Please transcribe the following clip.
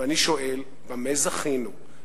ואני שואל: במה זכינו?